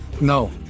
No